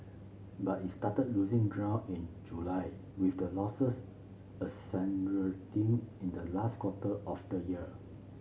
but it started losing ground in July with the losses in the last quarter of the year